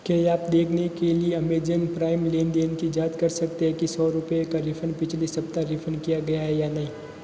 क्या आप देखने के लिए अमेजन प्राइम लेन देन की जाँच कर सकते हैं कि सौ रुपये का रिफ़ंड पिछले सप्ताह रिफ़ंड किया गया है या नहीं